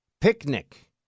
picnic